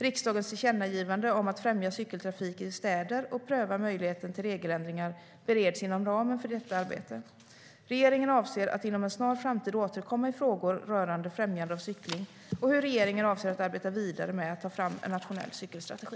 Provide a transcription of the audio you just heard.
Riksdagens tillkännagivande om att främja cykeltrafik i städer och pröva möjligheten till regeländringar bereds inom ramen för detta arbete. Regeringen avser att inom en snar framtid återkomma i frågor rörande främjande av cykling och hur regeringen avser att arbeta vidare med att ta fram en nationell cykelstrategi.